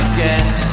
guess